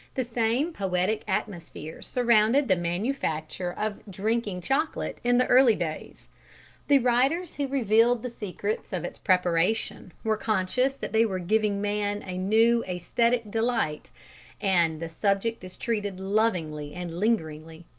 the same poetic atmosphere surrounded the manufacture of drinking chocolate in the early days the writers who revealed the secrets of its preparation were conscious that they were giving man a new aesthetic delight and the subject is treated lovingly and lingeringly.